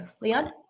Leon